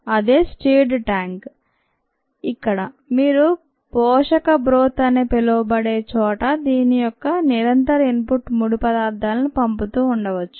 అదే stirred tank ఇక్కడ మీరు పోషక బ్రోత్ అని పిలవబడే చోట దీని యొక్క నిరంతర ఇన్ పుట్ ముడిపదార్థాలని పంపుతూ ఉండవచ్చు